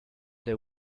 they